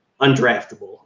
undraftable